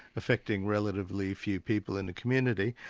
affecting relatively few people in the community.